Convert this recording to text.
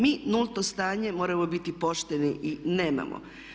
Mi nulto stanje moramo biti pošteni i nemamo.